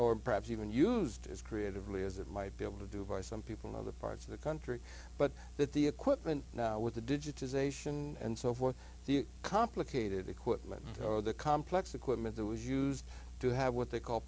or perhaps even used as creatively as it might be able to do by some people in other parts of the country but that the equipment now with the digitization and so forth the complicated equipment or the complex equipment that was used to have what they call